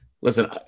listen